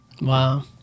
wow